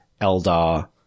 Eldar